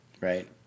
Right